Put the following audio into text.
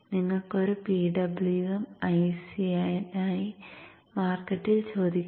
നിങ്ങൾക്ക് ഒരു PWM IC നായി മാർക്കറ്റിൽ ചോദിക്കാം